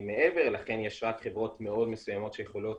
מעבר לכן יש רק חברות מאוד מסוימות שיכולות